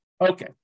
Okay